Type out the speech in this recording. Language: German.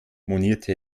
monierte